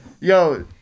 yo